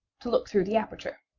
to look through the aperture.